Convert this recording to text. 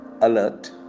alert